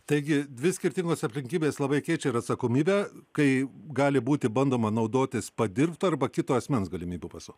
taigi dvi skirtingos aplinkybės labai keičia ir atsakomybę kai gali būti bandoma naudotis padirbtu arba kito asmens galimybių pasu